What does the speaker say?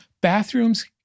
bathrooms